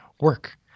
work